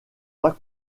pas